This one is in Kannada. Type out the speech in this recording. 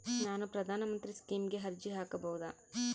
ನಾನು ಪ್ರಧಾನ ಮಂತ್ರಿ ಸ್ಕೇಮಿಗೆ ಅರ್ಜಿ ಹಾಕಬಹುದಾ?